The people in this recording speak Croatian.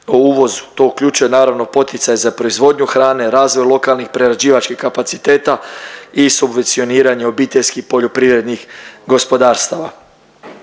To uključuje naravno poticaj za proizvodnju hrane, razvoj lokalnih prerađivačkih kapaciteta i subvencioniranje obiteljskih poljoprivrednih gospodarstava.